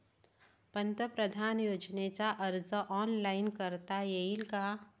पंतप्रधान योजनेचा अर्ज ऑनलाईन करता येईन का?